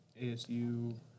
ASU